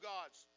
God's